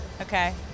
Okay